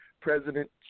President